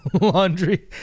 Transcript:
laundry